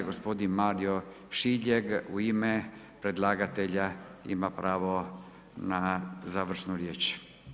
Gospodin Mario Šiljeg u ime predlagatelja ima pravo na završnu riječ.